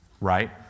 Right